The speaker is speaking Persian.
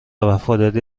وفاداری